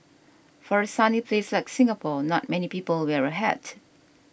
for a sunny place like Singapore not many people wear a hat